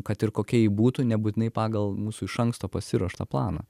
kad ir kokia ji būtų nebūtinai pagal mūsų iš anksto pasiruoštą planą